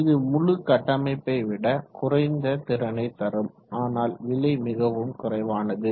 இது முழு கட்டமைப்பை விட குறைந்த திறனை தரும் ஆனால் விலை மிகவும் குறைவானது